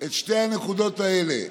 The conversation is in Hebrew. את שתי הנקודות האלה,